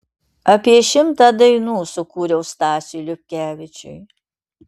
apie šimtą dainų sukūriau stasiui liupkevičiui